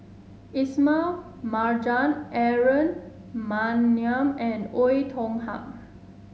Ismail Marjan Aaron Maniam and Oei Tiong Ham